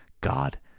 God